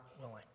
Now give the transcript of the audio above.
willing